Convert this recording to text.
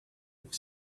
have